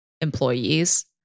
employees